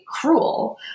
cruel